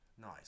Nice